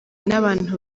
n’abantu